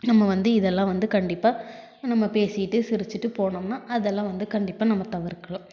நம்ம வந்து இதலாம் வந்து கண்டிப்பாக நம்ம பேசிகிட்டு சிரிச்சிகிட்டு போனோம்னா அதெல்லாம் வந்து கண்டிப்பாக நம்ம தவிர்க்கலாம்